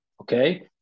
Okay